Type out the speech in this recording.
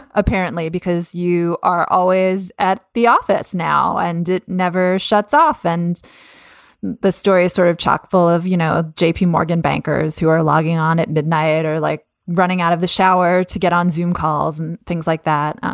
apparently, because you are always at the office now and it never shuts off. and the story is sort of chock full of, you know, a jp morgan bankers who are logging on at midnight or like running out of the shower to get on xoom calls and things like that.